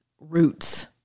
roots